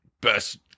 best